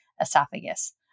esophagus